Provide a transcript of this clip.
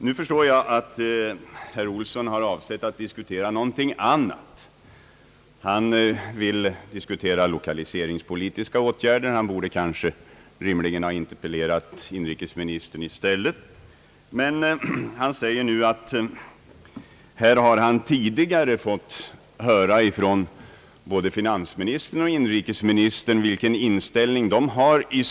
Nu förstår jag att herr Olsson har avsett att diskutera någonting annat, nämligen lokaliseringspolitiken över huvud taget. Då borde han rimligen i stället ha interpellerat inrikesministern. Herr Olsson säger nu att han tidigare fått höra av både finansministern och inrikesministern vilken inställning de i stort har.